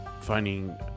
finding